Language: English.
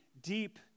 deep